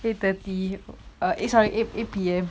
eight thirty eh sorry eight eight P_M